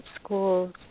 schools